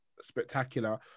spectacular